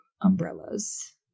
umbrellas